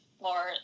more